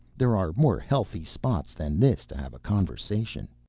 there are more healthy spots than this to have a conversation.